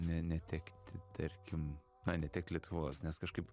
ne netekti tarkim netekt lietuvos nes kažkaip